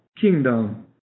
kingdom